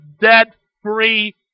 debt-free